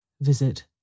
Visit